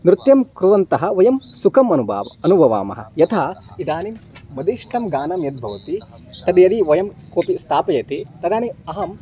नृत्यं कुर्वन्तः वयं सुखम् अनुभवावः अनुभवामः यथा इदानीं मदिष्टं गानं यद् भवति तद्यदि वयं कोपि स्थापयति तदानीम् अहम्